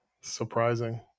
Surprising